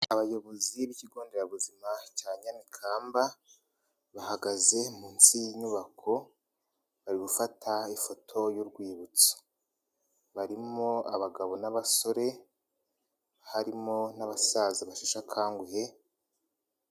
Abayobozi b'ikigo nderabuzima cya Nyamikamba bahagaze munsi y'inyubako bari gufata ifoto y'urwibutso, barimo abagabo n'abasore harimo n'abasaza basheshe akanguhe.